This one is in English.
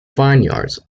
vineyards